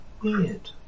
weird